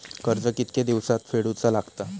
कर्ज कितके दिवसात फेडूचा लागता?